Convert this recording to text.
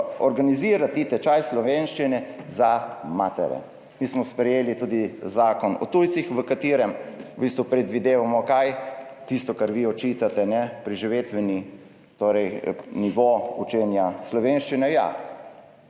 organizirati tečaj slovenščine za matere. Mi smo sprejeli tudi Zakon o tujcih, v katerem v bistvu predvidevamo – kaj? Tisto, kar vi očitate, preživetveni nivo učenja slovenščine. Ja,